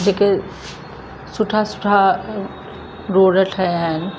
जेके सुठा सुठा रोड ठहिया आहिनि